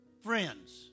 friends